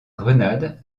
grenade